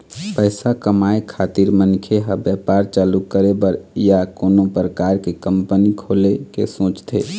पइसा कमाए खातिर मनखे ह बेपार चालू करे बर या कोनो परकार के कंपनी खोले के सोचथे